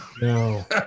No